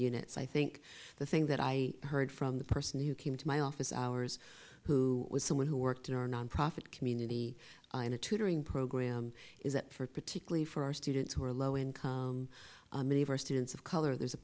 units i think the thing that i heard from the person who came to my office hours who was someone who worked in our nonprofit community in a tutoring program is that for particularly for our students who are low income many of our students of color there's a